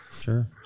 Sure